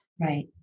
right